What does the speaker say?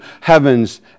heavens